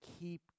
keep